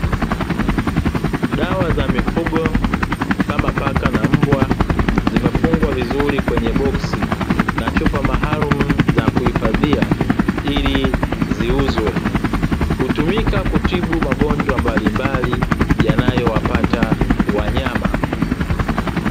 Dawa za mifugo kama paka na mbwa, zimefungwa vizuri kwenye boksi na chupa maalumu za kuhifadhia, ili ziuzwe. Hutumika kutibu magonjwa mbalimbali yanayowapata wanyama.